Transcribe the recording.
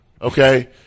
Okay